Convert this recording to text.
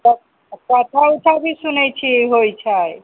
क कथा उथा भी सुनै छी होइ छै